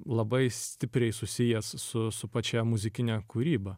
labai stipriai susijęs su su pačia muzikine kūryba